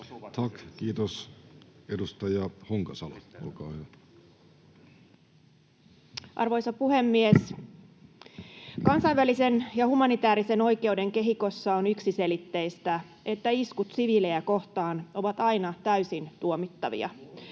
Time: 10:28 Content: Arvoisa puhemies! Kansainvälisen ja humanitäärisen oikeuden kehikossa on yksiselitteistä, että iskut siviilejä kohtaan ovat aina täysin tuomittavia.